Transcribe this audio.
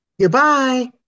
Goodbye